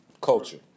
culture